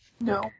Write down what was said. No